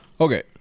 okay